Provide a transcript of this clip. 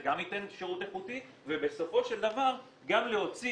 זה גם ייתן שירות איכותי ובסופו של דבר גם להוציא